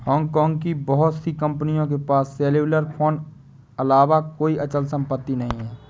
Hong Kong की बहुत सी कंपनियों के पास सेल्युलर फोन अलावा कोई अचल संपत्ति नहीं है